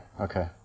okay